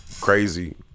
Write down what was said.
crazy